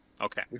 Okay